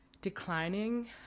declining